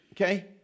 okay